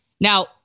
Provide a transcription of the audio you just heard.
Now